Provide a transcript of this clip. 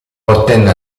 ottenne